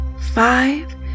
five